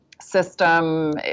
system